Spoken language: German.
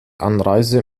anreise